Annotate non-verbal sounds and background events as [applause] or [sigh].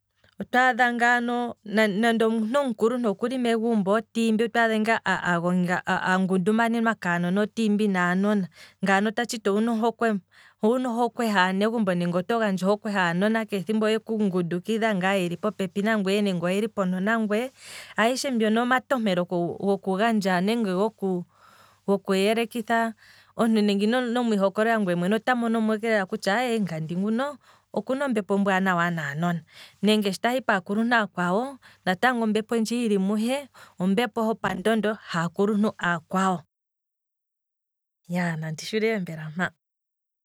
Otwaadha ngaano, nande omuntu omukuluntu okuli megumbo tiimbi, otwaadha ngaa [hesitation] agonga, angundumanenwa kaanona tiimbi naanona, ngano ta tshiti owuna ohokwe haa negumbo nenge oto gandja ohokwe haa nona keshe ethimbo oyeku ngundukidha ngaa yeli po pepi nangweye nenge oyeli ponto nangweye, ageshe ngono omatompelo gokugandja nenge goku yelekitha, omuntu nande in mwiihokololela ngwee mwene, ota monomo ike kutya aye ngandi nguno, okuna ombepo ombwaanawa naanona, nenge shi tahi paakuluntu aakwawo, natango ombepo ndji hili muhe, ombepo hopa ndondo haakuluntu aakwawo, iyaa nandi shuulile mbela mpa.